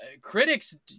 critics